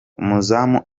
umuzamu